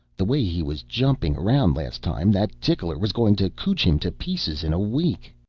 the way he was jumping around last time, that tickler was going to cootch him to pieces in a week.